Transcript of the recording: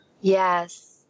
Yes